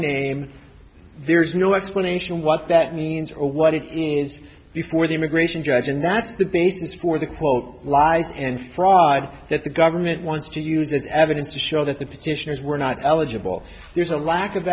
name there's no explanation what that means or what it means before the immigration judge and that's the basis for the quote lies and fraud that the government wants to use as evidence to show that the petitioners were not eligible there's a lack of